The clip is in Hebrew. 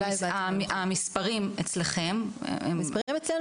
המספרים אצלכם --- המספרים אצלנו